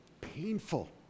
painful